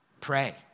Pray